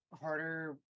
harder